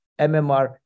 MMR